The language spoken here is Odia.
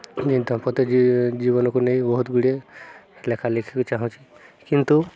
ଯେମିତି ଦାମ୍ପତ୍ୟ ଜୀବନକୁ ନେଇ ବହୁତ ଗୁଡ଼ିଏ ଲେଖା ଲେଖିବାକୁ ଚାହୁଁଛି କିନ୍ତୁ